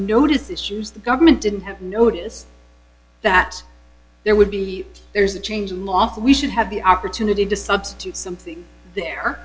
notice issues the government didn't have notice that there would be there is a change in law for we should have the opportunity to substitute something there